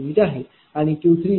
011 p